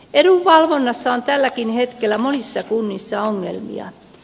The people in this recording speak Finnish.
edunvalvonnassa on tälläkin hetkellä monissa kunnissa ongelmia